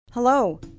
Hello